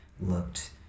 looked